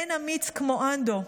אין אמיץ כמו אנדו,